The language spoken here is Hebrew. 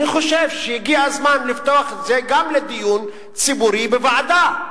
אני חושב שהגיע הזמן לפתוח גם את זה לדיון ציבורי בוועדה.